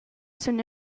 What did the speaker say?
sun